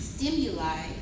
Stimuli